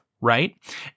right